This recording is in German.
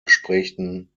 gesprächen